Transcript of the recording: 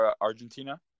Argentina